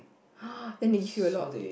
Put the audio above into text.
then they give you a lot